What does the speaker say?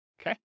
Okay